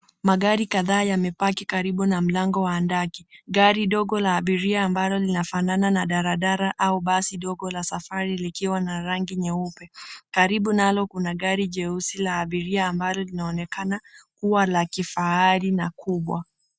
Magari kadhaa yamepaki karibu na mlango wa handaki. Gari dogo la abiria ambalo linafanana na daladala au basi dogo la safari likiwa na rangi nyeupe. Karibu nalo kuna gari jeusi la abiria ambalo linaonekana huwa la kifahari na kubwa.